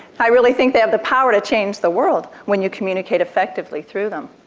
i really think they have the power to change the world when you communicate effectively through them.